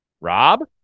Rob